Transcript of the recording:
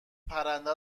پرنده